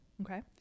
okay